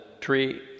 tree